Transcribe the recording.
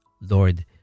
Lord